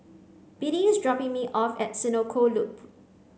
Biddie is dropping me off at Senoko Loop